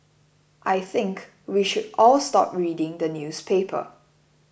I think we should all stop reading the newspaper